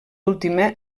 última